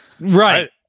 Right